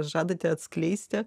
žadate atskleisti